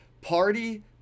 party